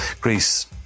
Greece